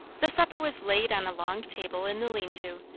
the supper was laid on a long table in the lean-to,